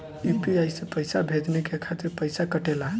UPI से पइसा भेजने के खातिर पईसा कटेला?